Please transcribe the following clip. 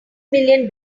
million